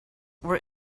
were